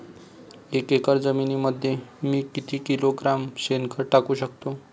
एक एकर जमिनीमध्ये मी किती किलोग्रॅम शेणखत टाकू शकतो?